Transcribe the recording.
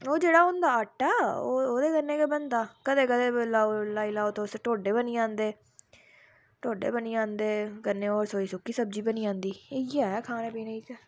ओह् जेह्ड़ा होंदा आटा ओह्दे कन्नै गै बनदा कदैं कदैं लाई लैओ तुस ढोडे बनी जंदे ढोडे बनी जंदे कन्नै थोह्ड़ी सुक्की सब्जी बनी जंदी इ'यै खाने पीने इत्थै